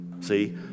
See